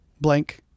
blank